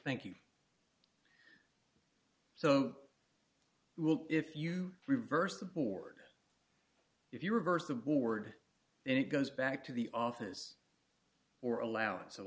thank you so you will if you reverse the board if you reverse the board and it goes back to the office or allowance of